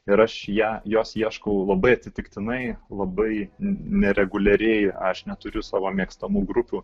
ir aš ją jos ieškau labai atsitiktinai labai nereguliariai aš neturiu savo mėgstamų grupių